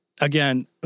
again